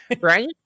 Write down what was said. right